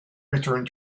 return